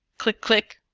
click, click,